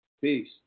Peace